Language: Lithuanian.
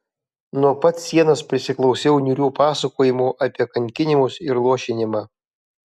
nuo pat sienos prisiklausiau niūrių pasakojimų apie kankinimus ir luošinimą